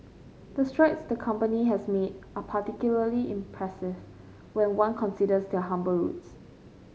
the strides the company has made are particularly impressive when one considers their humble roots